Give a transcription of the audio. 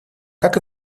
как